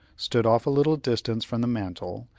stood off a little distance from the mantel,